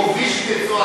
או ויז'ניץ,